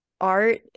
art